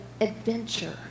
adventure